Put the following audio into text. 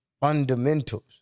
fundamentals